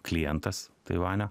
klientas taivanio